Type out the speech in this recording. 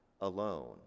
alone